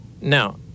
Now